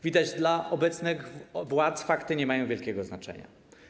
Widać dla obecnych władz fakty nie mają wielkiego znaczenia.